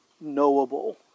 knowable